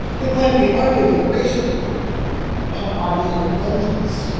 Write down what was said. they plan to be an army of liberation and an army of vengeance.